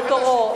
בתורו,